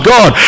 God